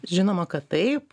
žinoma kad taip